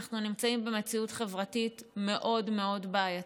אנחנו נמצאים במציאות חברתית מאוד מאוד בעייתית.